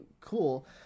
cool